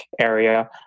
area